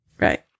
right